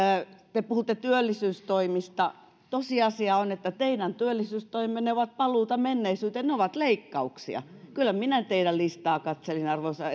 te puhutte työllisyystoimista tosiasia on että teidän työllisyystoimenne ovat paluuta menneisyyteen ne ovat leikkauksia kyllä minä teidän listaanne katselin arvoisa